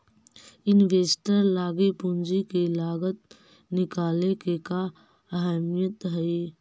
Investor लागी पूंजी के लागत निकाले के का अहमियत हई?